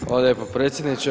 Hvala lijepa predsjedniče.